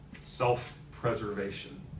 self-preservation